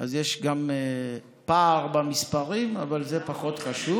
אז יש גם פער במספרים, אבל זה פחות חשוב.